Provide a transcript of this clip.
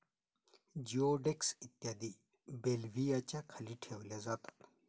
जिओडेक्स इत्यादी बेल्व्हियाच्या खाली ठेवल्या जातात